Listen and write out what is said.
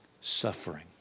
suffering